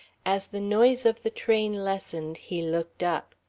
as the noise of the train lessened, he looked up.